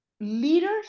Leaders